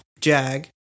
jag